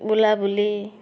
ବୁଲାବୁଲି